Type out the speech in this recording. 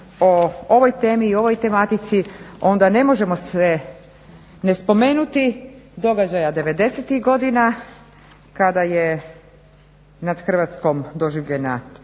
ovoj temi i ovoj tematici onda ne možemo sve ne spomenuti događaja 90-tih godina kada je nad Hrvatskom doživljena